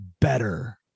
better